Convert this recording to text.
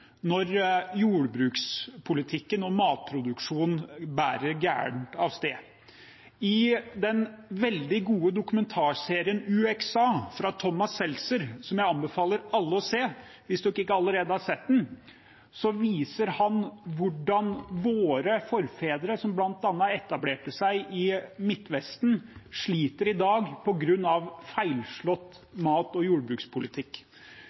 når jordbrukspolitikken og matproduksjonen bærer gærent av sted. I den veldig gode dokumentarserien UXA, fra Thomas Seltzer, som jeg anbefaler alle å se hvis dere ikke allerede har sett den, viser han hvordan man i Midtvesten – der bl.a. våre forfedre etablerte seg – i dag sliter på grunn av feilslått mat- og jordbrukspolitikk.